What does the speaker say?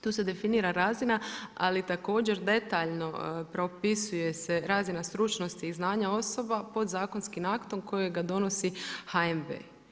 Tu se definira razina, ali također detaljno propisuje se razina stručnosti i znanja osoba podzakonskim aktom kojega donosi HNB.